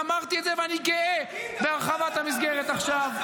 אמרתי את זה, ואני גאה בהרחבת המסגרת עכשיו.